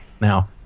Now